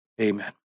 Amen